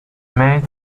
made